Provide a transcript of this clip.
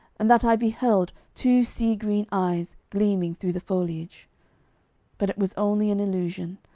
and that i beheld two sea-green eyes gleaming through the foliage but it was only an illusion,